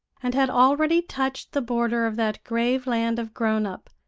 and had already touched the border of that grave land of grown-up,